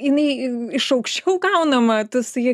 jinai iš aukščiau gaunama tasai